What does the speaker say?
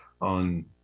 on